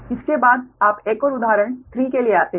इसके बाद आप एक और उदाहरण 3 के लिए आते हैं